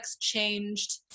changed